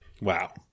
Wow